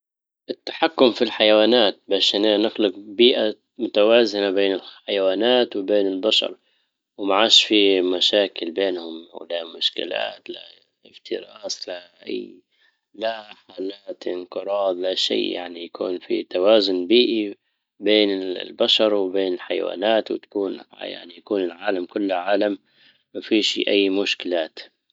التحكم في الحيوانات باش انا نخلق بيئة متوازنة بين الحيوانات وبين البشر ومعاش في مشاكل بينهم ولا مشكلات. لا افتراس لاي لا حالات انقراض لا شيء يعني يكون فيه توازن بيئي بين البشر وبين الحيوانات. وتكون يعني يكون العالم كله عالم ما فيش اي مشكلات